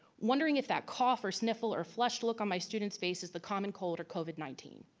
wondering if that cough or sniffle or flushed look on my students' face is the common cold or covid nineteen.